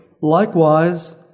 Likewise